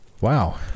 wow